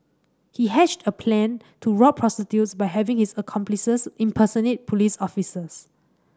he hatched a plan to rob prostitutes by having his accomplices impersonate police officers